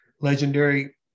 legendary